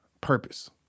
purpose